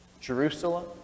Jerusalem